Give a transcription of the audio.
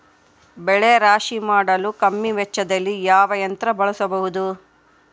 ಬೆಳೆ ರಾಶಿ ಮಾಡಲು ಕಮ್ಮಿ ವೆಚ್ಚದಲ್ಲಿ ಯಾವ ಯಂತ್ರ ಬಳಸಬಹುದು?